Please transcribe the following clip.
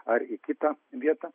ar į kitą vietą